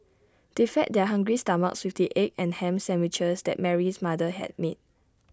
they fed their hungry stomachs with the egg and Ham Sandwiches that Mary's mother had made